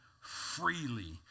freely